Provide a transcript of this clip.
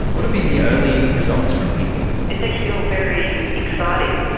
what have been the early results from people? it's actually all very exciting.